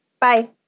Bye